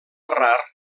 rar